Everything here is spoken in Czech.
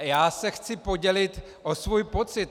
Já se chci podělit o svůj pocit.